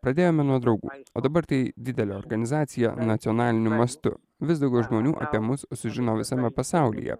pradėjome nuo draugų o dabar tai didelė organizacija nacionaliniu mastu vis daugiau žmonių apie mus sužino visame pasaulyje